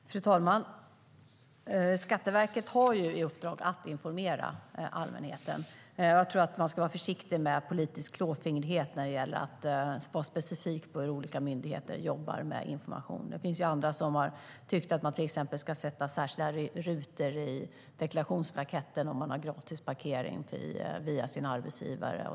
Fru talman! Skatteverket har ju i uppdrag att informera allmänheten. Jag tror att man ska akta sig för politisk klåfingrighet när det gäller att vara specifik med hur olika myndigheter ska jobba med information. Det finns ju andra som har tyckt att man till exempel ska sätta särskilda rutor på deklarationsblanketten för om man har gratis parkering via sin arbetsgivare.